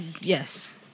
Yes